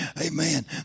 Amen